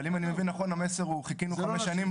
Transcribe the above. אבל אם אני מבין נכון המסר הוא חיכינו חמש שנים,